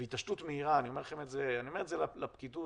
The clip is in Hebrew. והתעשתות מהירה, אני אומר את זה לפקידות